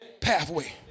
pathway